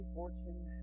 fortune